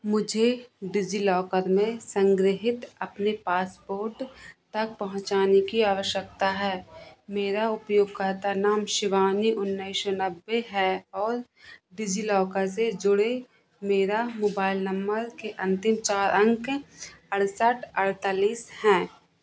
मुझे डिजिलॉकर में संग्रहीत अपने पासपोर्ट तक पहुँचाने की आवश्यकता है मेरा उपयोगकर्ता नाम शिवानी उन्नीस सौ नब्बे है और डिजिलॉकर से जुड़े मेरा मोबाइल नम्बर के अंतिम चार अंक अड़सठ अड़तालीस हैं